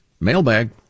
Mailbag